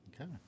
Okay